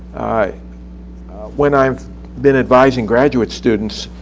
ah when i've been advising graduate students,